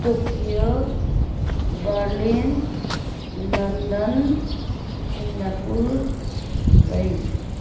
Tokyo Berlin London Singapore Dubai